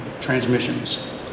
transmissions